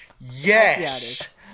Yes